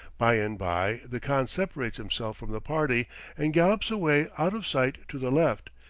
by and by the khan separates himself from the party and gallops away out of sight to the left,